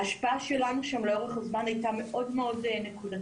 ההשפעה שלנו לאורך הזמן הייתה מאוד נקודתית.